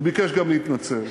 הוא ביקש גם להתנצל.